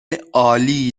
عالی